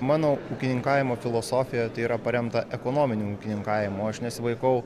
mano ūkininkavimo filosofija tai yra paremta ekonominiu ūkininkavimu aš nesivaikau